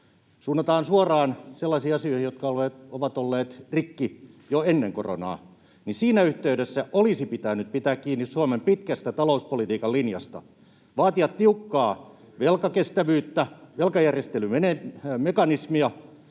suunnataan suoraan sellaisiin asioihin, jotka ovat olleet rikki jo ennen koronaa, olisi pitänyt pitää kiinni Suomen pitkästä talouspolitiikan linjasta, vaatia tiukkaa velkakestävyyttä, velkajärjestelymekanismia,